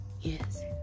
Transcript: yes